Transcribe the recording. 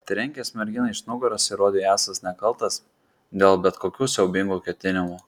trenkęs merginai iš nugaros įrodei esąs nekaltas dėl bet kokių siaubingų ketinimų